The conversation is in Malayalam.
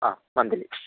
ആ മന്ത്ലി